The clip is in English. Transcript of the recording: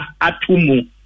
atumu